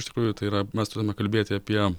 iš tikrųjų tai yra mes turime kalbėti apie